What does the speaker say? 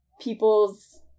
people's